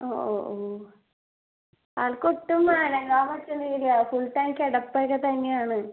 ഓ ഓ ഓ ആൾക്കൊട്ടും അനങ്ങാമ്പറ്റണില്ല ഫുൾ ടൈമ് കിടപ്പൊക്കെ തന്നെയാണ്